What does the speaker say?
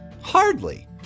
Hardly